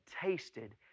tasted